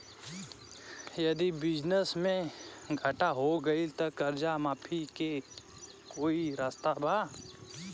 यदि बिजनेस मे घाटा हो गएल त कर्जा माफी के कोई रास्ता बा?